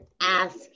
ask